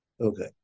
Okay